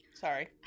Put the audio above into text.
Sorry